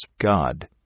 God